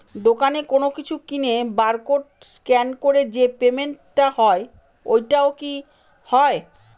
দোকানে কোনো কিছু কিনে বার কোড স্ক্যান করে যে পেমেন্ট টা হয় ওইটাও কি হয়?